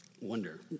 wonder